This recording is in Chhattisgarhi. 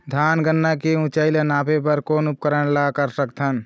धान गन्ना के ऊंचाई ला नापे बर कोन उपकरण ला कर सकथन?